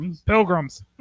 pilgrims